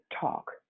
talk